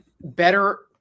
better